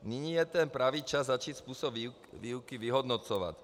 Nyní je ten pravý čas začít způsob výuky vyhodnocovat.